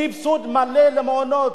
סבסוד מלא למעונות.